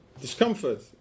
discomfort